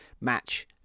match